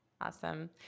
Awesome